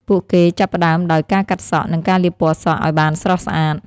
ពួកគេចាប់ផ្ដើមដោយ ការកាត់សក់ និង ការលាបពណ៌សក់ ឱ្យបានស្រស់ស្អាត។